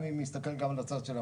אני מסתכל גם על הצד של המעסיק.